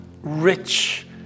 rich